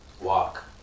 Walk